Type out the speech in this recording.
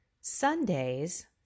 Sundays